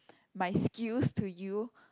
my skills to you